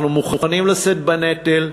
אנחנו מוכנים לשאת בנטל,